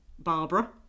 Barbara